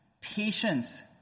patience